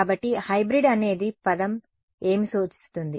కాబట్టి హైబ్రిడ్ అనే పదం ఏమి సూచిస్తుంది